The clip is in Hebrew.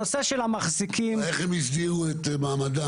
הנושא של המחזיקים --- איך הם הסדירו את מעמדם?